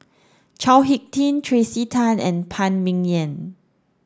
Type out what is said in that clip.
Chao Hick Tin Tracey Tan and Phan Ming Yen